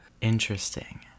Interesting